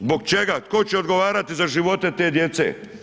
Zbog čega, tko će odgovarati za živote te djece?